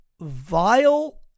vile